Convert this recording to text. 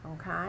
Okay